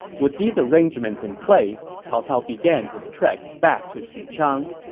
with these arrangements in place, cao cao began his trek back to xuchang.